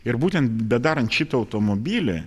ir būtent bedarant šitą automobilį